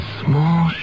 small